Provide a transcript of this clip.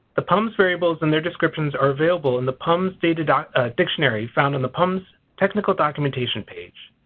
the pums variables and their descriptions are available in the pums data dictionary found in the pums technical documentation page.